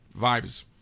vibes